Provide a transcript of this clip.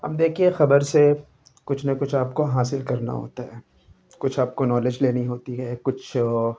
اب دیکھیے خبر سے کچھ نہ کچھ آپ کو حاصل کرنا ہوتا ہے کچھ آپ کو نالج لینی ہوتی ہے کچھ